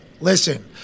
listen